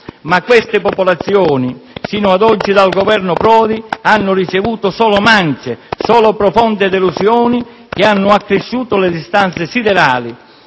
Ma queste popolazioni, sino ad oggi, dal Governo Prodi hanno ricevuto solo mance, solo profonde delusioni che hanno accresciuto le distanze siderali